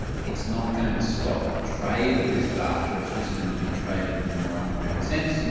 it's not going to stop the trade of this data. it's just going to be traded in the more underground sense. and